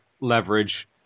leverage